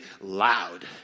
loud